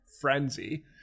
frenzy